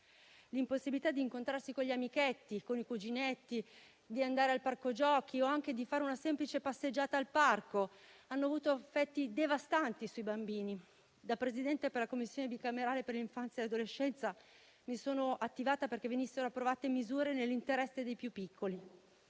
L'impossibilità di incontrarsi con gli amichetti o i cuginetti, di andare al parco giochi o anche di fare una semplice passeggiata al parco ha avuto effetti devastanti sui bambini. Da Presidente della Commissione bicamerale per l'infanzia e l'adolescenza mi sono attivata perché venissero approvate misure nell'interesse dei più piccoli.